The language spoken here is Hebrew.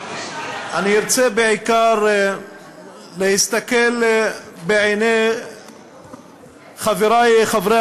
אני ארצה בעיקר להסתכל בעיני חברי חברי